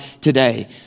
today